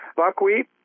buckwheat